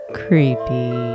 creepy